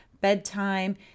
bedtime